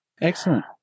Excellent